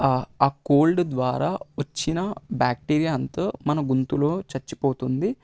ఆ కోల్డ్ ద్వారా వచ్చిన బాక్టీరియా అంతా మన గొంతులో చచ్చిపోతుంది